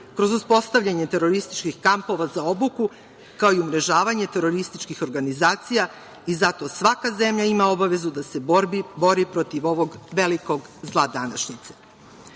kroz uspostavljanje terorističkih kampova za obuku, kao i umrežavanje terorističkih organizacija, i zato svaka zemlja ima obaveza da se bori protiv ovog velikog zla današnjice. Da